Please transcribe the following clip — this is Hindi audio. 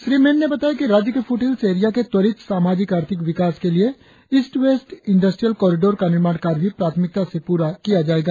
श्री मेन ने बताया कि राज्य के फुटहिल्स एरिया के त्वरित सामाजिक आर्थिक विकास के लिए ईस्ट वेस्ट इंडस्ट्रियल कॉरिडोर का निर्माण कार्य भी प्राथमिकता से पूरा किया जायेगा